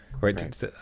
right